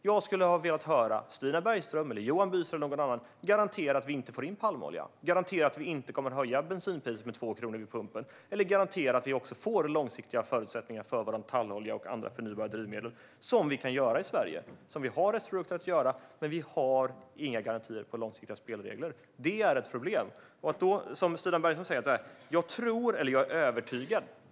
Jag skulle ha velat höra Stina Bergström, Johan Büser eller någon annan garantera att vi inte får in palmolja, att vi inte kommer att höja bensinpriset med 2 kronor vid pumpen eller att vi får långsiktiga förutsättningar för vår tallolja och andra förnybara drivmedel som vi kan göra i Sverige. Vi har restprodukter för att göra det, men vi har inga garantier om långsiktiga spelregler. Det är ett problem. Då räcker det inte att som Stina Bergström säga: Jag tror, eller jag är övertygad.